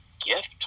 gift